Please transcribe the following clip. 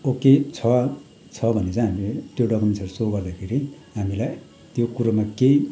okay छ छ भने चाहिँ हामी त्यो डकुमेन्ट्सहरू सो गर्दाखेरि हामीलाई त्यो कुरोमा केही